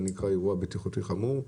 זה נקרא אירוע בטיחותי חמור?